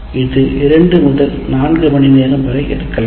இது 2 முதல் 4 மணி நேரம் வரை இருக்கலாம்